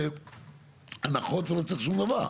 תשאל את חבריך באוצר,